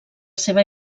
seva